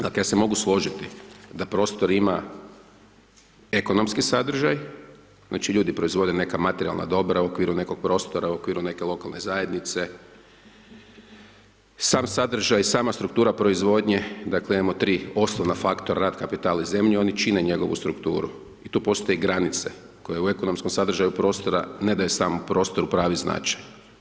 Dakle ja se mogu složiti da prostor ima ekonomski sadržaj, znači ljudi proizvode neka materijalna dobra u okviru nekog prostora, u okviru nekog lokalne zajednice, sam sadržaj, sama struktura proizvodnje, dakle imamo tri osnovna faktora, rad, kapital i zemlju, oni čine njegovu strukturu i tu postoje granice koje u ekonomskom sadržaju prostora ne daje samom prostoru pravi značaj.